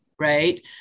right